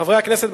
חברי הכנסת,